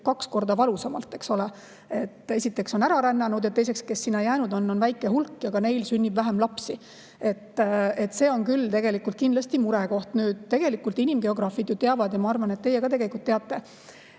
kaks korda valusamalt, eks ole: esiteks on [rahvast] ära rännanud ja teiseks, neid, kes sinna jäänud on, on väike hulk ja ka neil sünnib vähem lapsi. See on küll kindlasti murekoht. Tegelikult inimgeograafid teavad – ja ma arvan, et teie ka tegelikult teate